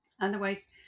Otherwise